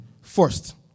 First